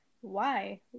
Why